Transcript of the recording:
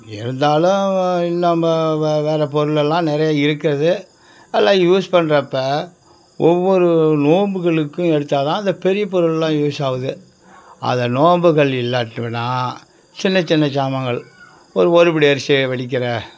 இருந்தாலும் நம்ம வேற பொருளெல்லாம் நிறையா இருக்கிறது அதெல்லாம் யூஸ் பண்ணுறப்ப ஒவ்வொரு நோன்புகளுக்கும் எடுத்தால் தான் அந்த பெரிய பொருள்லாம் யூஸாகுது அதை நோன்புகள் இல்லாட்டினா சின்ன சின்ன ஜாமான்கள் ஒரு ஒருபடி அரிசி வடிக்கிற